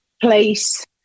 place